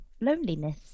loneliness